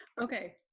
Okay